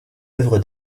œuvre